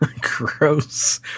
Gross